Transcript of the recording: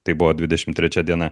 tai buvo dvidešim trečia diena